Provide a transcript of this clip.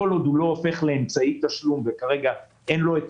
כל עוד הוא לא הופך לאמצעי תשלום וכרגע אין לו את